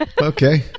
Okay